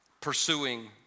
pursuing